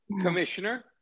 commissioner